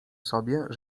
sobie